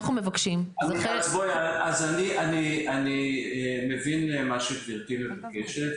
--- אני מבין מה שגבירתי מבקשת,